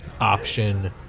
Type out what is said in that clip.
option